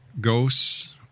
ghosts